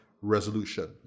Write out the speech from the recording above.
resolution